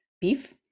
beef